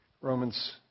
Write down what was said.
Romans